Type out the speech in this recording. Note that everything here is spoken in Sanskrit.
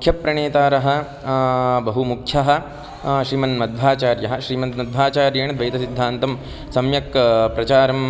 मुख्यप्रणेतारः बहुमुख्यः श्रीमान् मध्वाचार्यः श्रीमान् मध्वाचार्येण द्वैतसिद्धान्तं सम्यक् प्रचारं